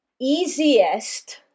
easiest